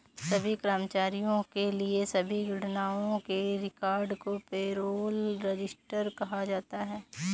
सभी कर्मचारियों के लिए सभी गणनाओं के रिकॉर्ड को पेरोल रजिस्टर कहा जाता है